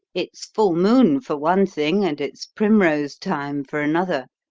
it's full moon, for one thing, and it's primrose time for another.